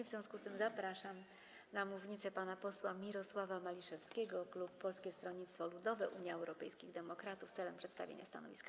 W związku z tym zapraszam na mównicę pana posła Mirosława Maliszewskiego, klub Polskiego Stronnictwa Ludowego - Unii Europejskich Demokratów, celem przedstawienia stanowiska.